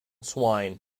swine